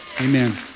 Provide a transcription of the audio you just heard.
amen